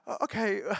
okay